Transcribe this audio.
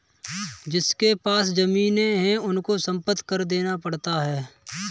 जिनके पास जमीने हैं उनको संपत्ति कर देना पड़ता है